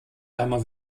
ärmer